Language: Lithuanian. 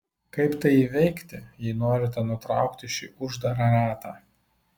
kaip tai įveikti jei norite nutraukti šį uždarą ratą